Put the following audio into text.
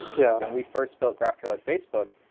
yeah when we first built graphql at facebook,